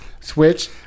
Switch